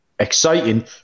exciting